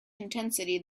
intensity